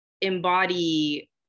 embody